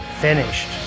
finished